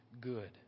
good